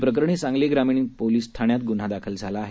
प्रकरणी सांगली ग्रामीण पोलीस ठाण्यात गुन्हा दाखल झाला आहे